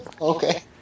Okay